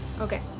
Okay